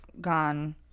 gone